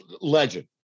legend